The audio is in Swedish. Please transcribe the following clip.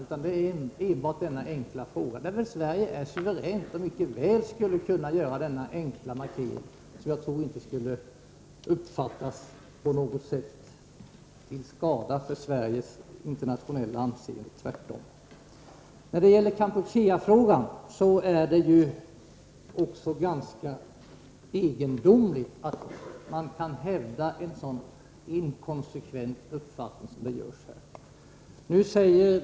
Det gäller endast den här enkla frågan, där Sverige är suveränt och mycket väl skulle kunna göra denna enkla markering som jag inte tror skulle på något sätt uppfattas så att det blev till skada för Sveriges internationella anseende — tvärtom. När det gäller Kampucheafrågan är det egendomligt att man kan hävda en sådan inkonsekvent uppfattning som man gör här.